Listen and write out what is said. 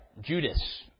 Judas